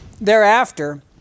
thereafter